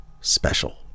special